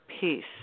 peace